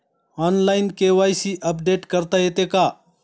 Online KYC update करता येते का?